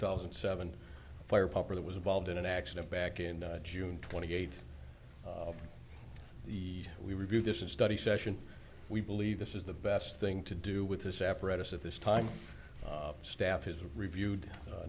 thousand and seven fire popper that was involved in an accident back in june twenty eighth the we review this is study session we believe this is the best thing to do with this apparatus at this time staff has reviewed